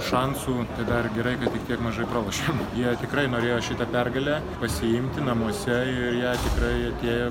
šansų tai dar gerai kad tik kiek mažai pralošėm jie tikrai norėjo šitą pergalę pasiimti namuose ir į ją tikrai atėjo